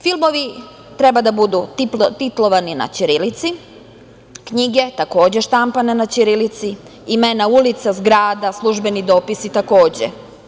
Filmovi treba da budu titlovani na ćirilici, knjige takođe štampane na ćirilici, imena ulica, zgrada, službeni dopisi takođe.